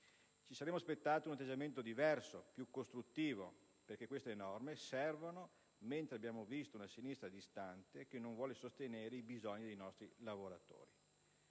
Ci saremmo aspettati una atteggiamento diverso, più costruttivo, perché queste norme servono; mentre abbiamo visto una sinistra distante, che non vuole sostenere i bisogni dei nostri lavoratori.